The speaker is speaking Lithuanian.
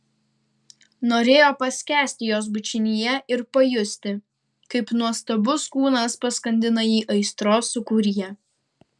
norėjo paskęsti jos bučinyje ir pajusti kaip nuostabus kūnas paskandina jį aistros sūkuryje